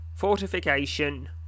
Fortification